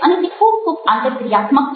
અને તે ખૂબ ખૂબ આંતરક્રિયાત્મક છે